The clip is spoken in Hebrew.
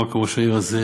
לא רק ראש העיר הזה,